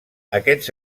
aquests